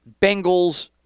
Bengals